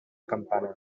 campana